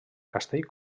castell